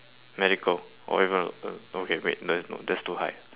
medical or even uh okay wait no that's no that's too high